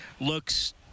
Looks